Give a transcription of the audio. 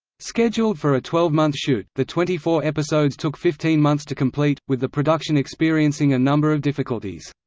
scheduled for a twelve-month shoot, the twenty-four episodes took fifteen months to complete, with the production experiencing a number of difficulties.